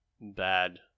bad